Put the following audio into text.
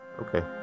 Okay